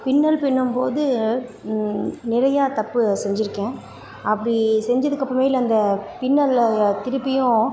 பின்னல் பின்னும்போது நிறையா தப்பு செஞ்சுருக்கேன் அப்படி செஞ்சதுக்கப்பறமேல் அந்த பின்னலை திருப்பியும்